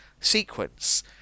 sequence